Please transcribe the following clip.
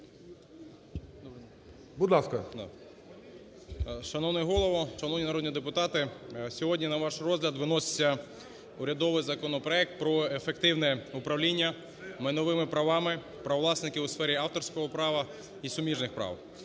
М.І. Шановний Голово, шановні народні депутати, сьогодні на ваш розгляд виносяться урядовий законопроект про ефективне управління майновими правами правовласників у сфері авторського права і суміжних прав.